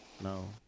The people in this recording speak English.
no